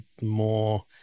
more